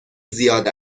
زیاد